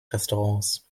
restaurants